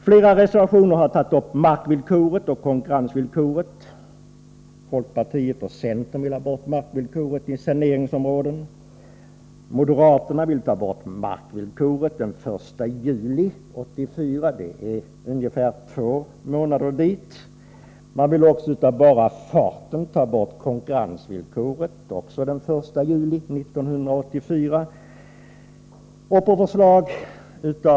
Flera reservationer har tagit upp markvillkoret och konkurrensvillkoret. Folkpartiet och centern vill ha bort markvillkoret i saneringsområden. Moderaterna vill ta bort markvillkoret den 1 juli 1984 — det är ungefär två månader dit. Man vill också, av bara farten, ta bort konkurrensvillkoret, likaså den 1 juli 1984.